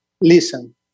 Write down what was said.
listen